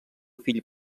fill